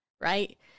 right